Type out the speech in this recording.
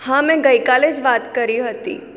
હા મેં ગઈ કાલે જ વાત કરી હતી